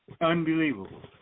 Unbelievable